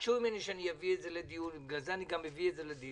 ביקשו ממני שאביא את זה לדיון ובגלל זה אני גם מביא את זה לדיון.